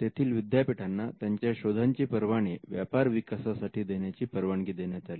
तेथील विद्यापीठांना त्यांच्या शोधांची परवाने व्यापार विकासासाठी देण्याची परवानगी देण्यात आली